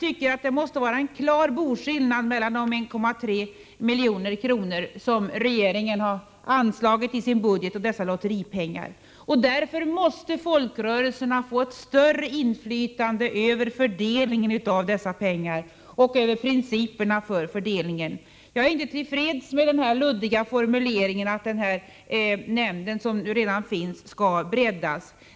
Det måste göras en klar boskillnad mellan de 1,3 milj.kr. som regeringen har anslagit över budget och dessa lotteripengar. Därför måste folkrörelserna få ett större inflytande över fördelningen av dessa pengar och över principerna för fördelningen. Jag är inte till freds med den luddiga formuleringen att den nämnd som redan finns nu skall breddas.